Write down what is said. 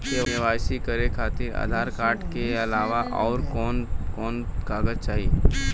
KYC करे खातिर Aadhaar card के अलावा आउरकवन कवन कागज चाहीं?